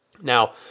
Now